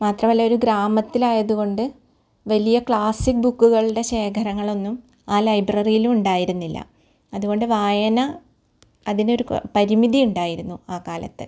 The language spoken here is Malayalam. മാത്രമല്ല ഒരു ഗ്രാമത്തിലായത് കൊണ്ട് വലിയ ക്ലാസ്സിക് ബുക്കുകളുടെ ശേഖരങ്ങളൊന്നും ആ ലൈബ്രറിയിൽ ഉണ്ടായിരുന്നില്ല അതുകൊണ്ട് വായന അതിന് ഒരു പരിമിതിയുണ്ടായിരുന്നു ആ കാലത്ത്